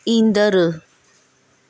ईंदड़ु